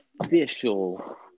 official